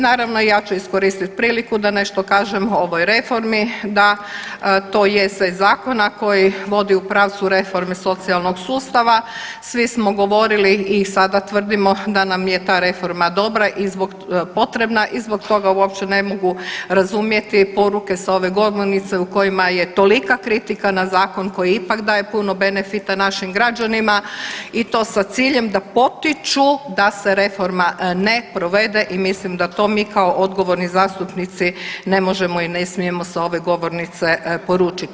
Naravno ja ću iskoristiti priliku da nešto kažem o ovoj reformi da to je sve iz zakona koji vodi u pravcu reforme socijalnog sustava, svi smo govorili i sada tvrdimo da nam je ta reforma dobra i potrebna i zbog toga uopće ne mogu razumjeti poruke sa ove govornice u kojima je tolika kritika na zakon koji ipak daje puno benefita našim građanima i to sa ciljem da potiču da se reforma ne provede i mislim da to mi kao odgovorni zastupnici ne možemo i ne smijemo sa ove govornice poručiti.